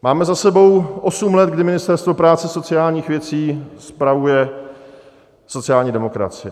Máme za sebou osm let, kdy Ministerstvo práce a sociálních věcí spravuje sociální demokracie.